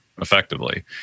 effectively